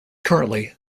currently